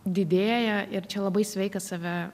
didėja ir čia labai sveika save